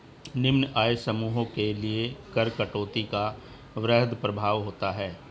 निम्न आय समूहों के लिए कर कटौती का वृहद प्रभाव होता है